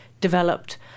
developed